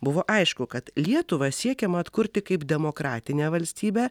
buvo aišku kad lietuvą siekiama atkurti kaip demokratinę valstybę